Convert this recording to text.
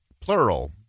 plural